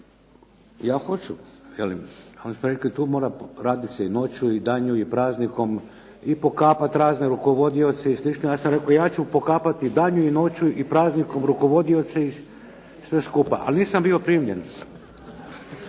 ja hoću velim. Oni su rekli tu mora radit se i noću i danju i praznikom i pokapat razne rukovodioce i slično. Ja sam rekao ja ću pokapati i danju i noću i praznikom rukovodioce i sve skupa, ali nisam bio primljen.